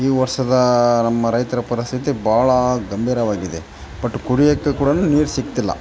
ಈ ವರ್ಷದಾ ನಮ್ಮ ರೈತರ ಪರಿಸ್ಥಿತಿ ಭಾಳ ಗಂಭೀರವಾಗಿದೆ ಬಟ್ ಕುಡಿಯೋಕೆ ಕೂಡ ನೀರು ಸಿಕ್ತಿಲ್ಲ